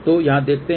तो यहाँ देखते हैं